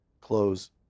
Close